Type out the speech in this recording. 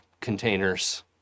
containers